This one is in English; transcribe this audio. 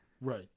Right